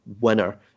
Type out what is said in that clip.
winner